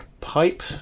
pipe